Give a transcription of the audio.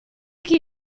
chi